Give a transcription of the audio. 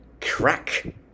crack